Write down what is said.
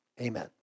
Amen